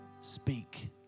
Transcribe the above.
speak